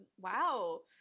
wow